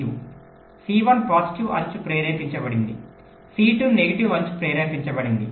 C1 positive అంచు ప్రేరేపించబడింది C2 negative అంచు ప్రేరేపించబడింది